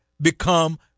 become